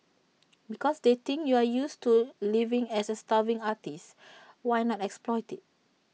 because they think you're used to living as A starving artist why not exploit IT